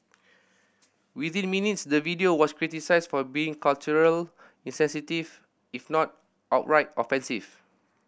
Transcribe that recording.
within minutes the video was criticised for being culturally insensitive if not outright offensive